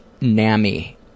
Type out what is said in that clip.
nami